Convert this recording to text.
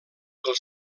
del